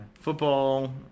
Football